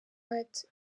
heart